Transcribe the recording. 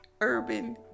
urban